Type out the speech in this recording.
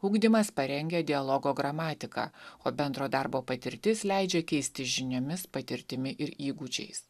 ugdymas parengia dialogo gramatiką o bendro darbo patirtis leidžia keistis žiniomis patirtimi ir įgūdžiais